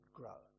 grow